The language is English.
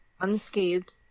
unscathed